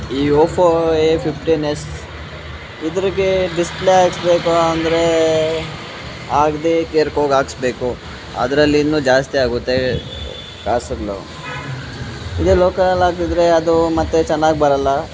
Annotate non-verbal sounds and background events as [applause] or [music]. ಈ Oppo A fifteen s ಇದರಿಗೆ display ಹಾಕಿಸ್ಬೇಕು ಅಂದರೆ ಆಗದೇ [unintelligible] ಹಾಕಿಸ್ಬೇಕು ಅದ್ರಲ್ಲಿ ಇನ್ನು ಜಾಸ್ತಿ ಆಗುತ್ತೆ ಕಾಸುಗಳು ಇದು ಲೋಕಲಲ್ಲಿ ಹಾಕಿದ್ರೆ ಅದು ಮತ್ತು ಚೆನ್ನಾಗ್ ಬರಲ್ಲ